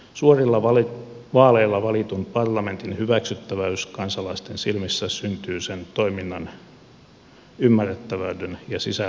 suorilla vaaleilla valitun parlamentin hyväksyttävyys kansalaisten silmissä syntyy sen toiminnan ymmärrettävyyden ja sisällön perusteella